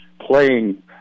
playing